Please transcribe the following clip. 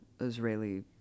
Israeli